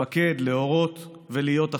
לפקד, להורות ולהיות אחראי.